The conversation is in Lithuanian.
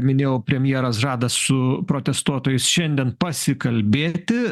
minėjau premjeras žada su protestuotojais šiandien pasikalbėti